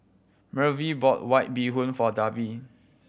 Maeve bought White Bee Hoon for Deven